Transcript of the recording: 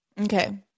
Okay